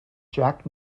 jack